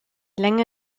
länge